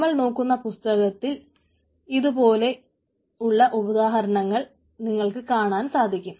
നമ്മൾ നോക്കുന്ന പുസ്തകങ്ങളിൽ ഇതു പോലത്തെ ഉദാഹരണങ്ങൾ നിങ്ങൾക്ക് കാണുവാൻ സാധിക്കും